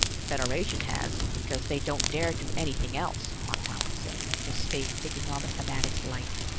the federation has, because they don't dare do anything else, montano said, his face taking on the fanatic's light,